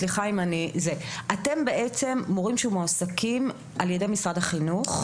סליחה אתם בעצם מורים שמועסקים על ידי משרד החינוך?